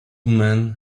woman